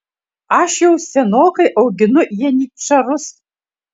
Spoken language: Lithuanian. aš jau senokai auginu janyčarus